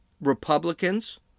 Republicans